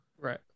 right